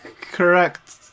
correct